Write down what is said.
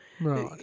Right